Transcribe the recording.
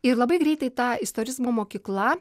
ir labai greitai ta istorizmo mokykla